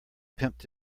pimped